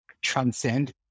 transcend